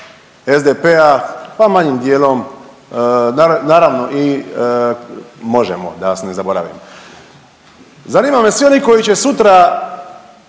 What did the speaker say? SDP-a, pa manjim dijelom naravno i Možemo da vas ne zaboravim. Zanima me svi oni koji će sutra